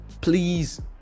please